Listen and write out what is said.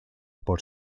por